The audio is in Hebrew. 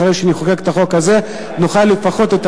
שאחרי שנחוקק את החוק הזה נוכל לפחות את